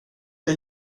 jag